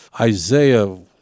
Isaiah